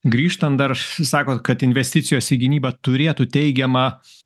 grįžtant dar sakot kad investicijos į gynybą turėtų teigiamą